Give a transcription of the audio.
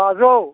बाजौ